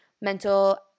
mental